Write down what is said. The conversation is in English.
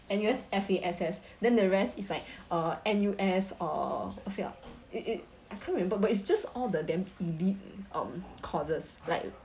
N_U_S F_A_S_S then the rest is like uh N_U_S uh what is it ah it it I can't remember but it's just all the damn elite um courses like